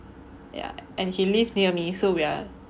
yeah and he lived near me so we're